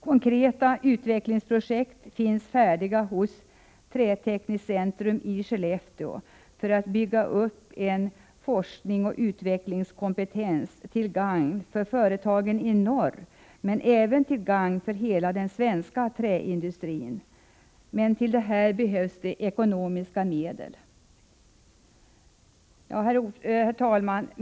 Konkreta utvecklingsprojekt finns färdiga hos Trätekniskt centrum i Skellefteå för att bygga upp en forskningsoch utbildningskompetens till gagn för träföretag i norr men även till gagn för hela den svenska träindustrin. Men till detta behövs ekonomiska medel. Herr talman!